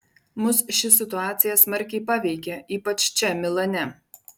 mus ši situacija smarkiai paveikė ypač čia milane